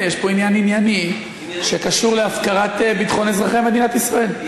יש פה עניין ענייני שקשור להפקרת ביטחון אזרחי מדינת ישראל.